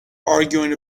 arguing